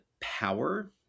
power